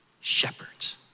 shepherds